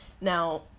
Now